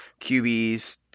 QBs